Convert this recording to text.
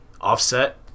offset